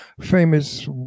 famous